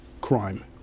crime